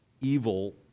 evil